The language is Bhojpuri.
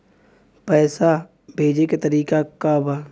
पैसा भेजे के तरीका का बा?